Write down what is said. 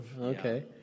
Okay